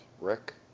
Rick